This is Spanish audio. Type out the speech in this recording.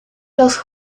los